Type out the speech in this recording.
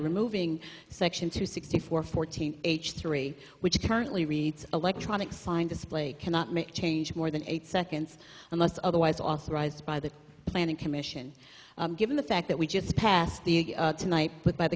removing section two sixty four fourteenth h three which currently reads electronic sign display cannot make change more than eight seconds unless otherwise authorized by the planning commission given the fact that we just passed the tonight but by the